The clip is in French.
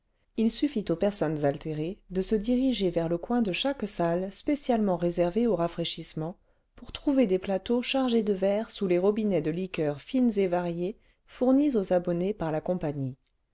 h suffit aux personnes altérées de se diriger vers le coin de chaque salle spécialement réservé aux rafraîchissements pour trouver des plateaux chargés de verres sous les robinets de liqueurs fines et variées fournies aux abonnés par la compagnie